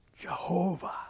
Jehovah